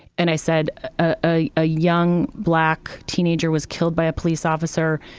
and i said ah a young, black teenager was killed by a police officer.